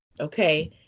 okay